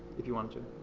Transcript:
if you wanted to.